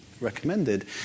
recommended